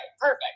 perfect